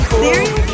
serious